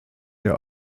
der